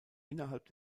innerhalb